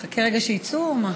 נחכה רגע שיצאו או מה?